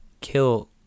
kill